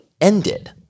ended